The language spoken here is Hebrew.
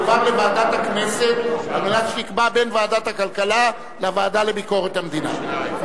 יועבר לוועדת הכנסת כדי שתקבע בין ועדת הכלכלה לוועדה לביקורת המדינה.